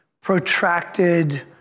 protracted